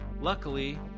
luckily